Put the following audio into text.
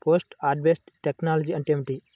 Post harvest technology అంటే ఏమిటి?